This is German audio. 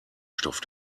stoff